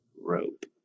rope